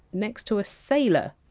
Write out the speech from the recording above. next to a sailor.